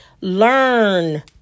Learn